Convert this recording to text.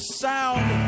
sound